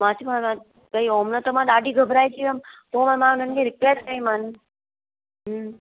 मां चयोमांसि ओॾीमहिल त मां ॾाढी घबराइजी वियमि पोइ मां हुनखे रिक्वेस्ट कई मानि हुं